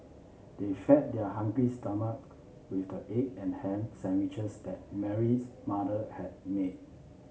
they fed their hungry stomachs with the egg and ham sandwiches that Mary's mother had made